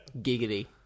Giggity